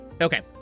Okay